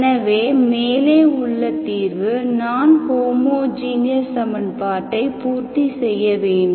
எனவே மேலே உள்ள தீர்வு நான் ஹோமோஜீனியஸ் சமன்பாட்டை பூர்த்தி செய்ய வேண்டும்